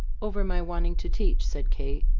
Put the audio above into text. over my wanting to teach, said kate.